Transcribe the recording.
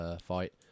fight